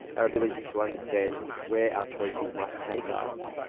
our ability to understand where our choices might take us,